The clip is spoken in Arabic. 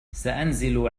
سأنزل